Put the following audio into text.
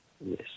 Yes